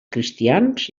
cristians